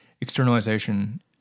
externalization